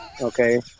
Okay